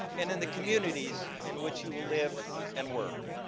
and in the communities in which you will live and work.